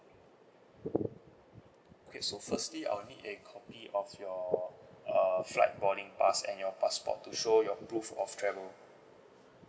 okay so firstly I'll need a copy of your uh flight boarding pass and your passport to show your proof of travel